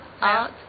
art